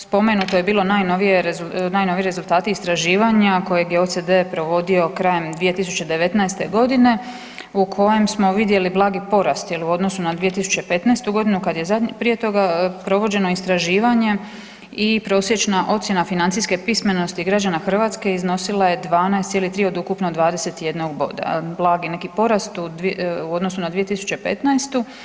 Spomenuto je bilo najnoviji rezultati istraživanja kojeg je OCD provodio krajem 2019. godine u kojem smo vidjeli blagi porast u odnosu na 2015. godinu kad je prije toga provođeno istraživanje i prosječna ocjena financijske pismenosti građana Hrvatske iznosila je 12,3 od ukupno 21 boda, blagi neki porast u odnosu na 2015.